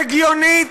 הגיונית,